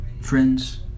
Friends